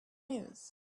news